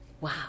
Wow